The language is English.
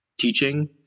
teaching